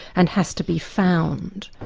and has to be found.